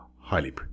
highly